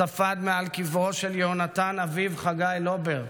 ספד מעל קברו של יהונתן אביו חגי לובר,